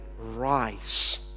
rise